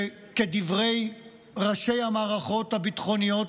שכדברי ראשי המערכות הביטחוניות